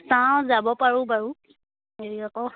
চাও যাব পাৰোঁ বাৰু হেৰি আকৌ